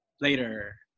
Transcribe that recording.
later